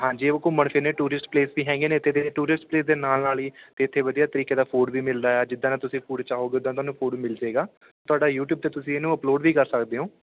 ਹਾਂਜੀ ਉਹ ਘੁੰਮਣ ਫਿਰਨ ਦੇ ਟੂਰਿਸਟ ਪਲੇਸ ਵੀ ਹੈਗੀਆਂ ਨੇ ਇੱਥੇ ਦੇ ਟੂਰਿਸਟ ਪਲੇਸ ਦੇ ਨਾਲ ਨਾਲ ਹੀ ਅਤੇ ਇੱਥੇ ਵਧੀਆ ਤਰੀਕੇ ਦਾ ਫੂਡ ਵੀ ਮਿਲਦਾ ਜਿੱਦਾਂ ਦਾ ਤੁਸੀਂ ਪੂਰੇ ਚਾਹੋਗੇ ਉੱਦਾਂ ਤੁਹਾਨੂੰ ਫੂਡ ਮਿਲ ਜਾਏਗਾ ਤੁਹਾਡਾ ਯੂਟਿਊਬ 'ਤੇ ਤੁਸੀਂ ਇਹਨੂੰ ਅਪਲੋਡ ਵੀ ਕਰ ਸਕਦੇ ਹੋ